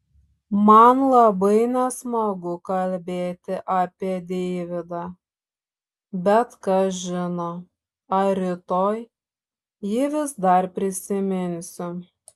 man labai nesmagu kalbėti apie deividą bet kas žino ar rytoj jį vis dar prisiminsiu